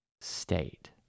state